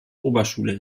oberschule